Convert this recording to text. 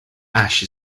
ash